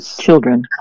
Children